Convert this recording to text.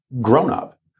grown-up